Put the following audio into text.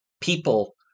people